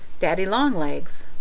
daddy-long-legs.